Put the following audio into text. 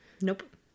Nope